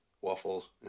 Waffles